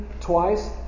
twice